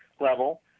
level